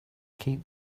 keep